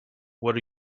what